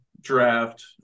draft